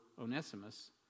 Onesimus